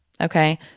Okay